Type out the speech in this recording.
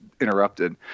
interrupted